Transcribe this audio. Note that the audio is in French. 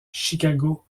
chicago